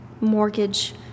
mortgage